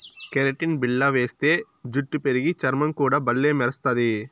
keratin బిల్ల వేస్తే జుట్టు పెరిగి, చర్మం కూడా బల్లే మెరస్తది